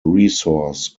resource